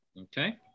Okay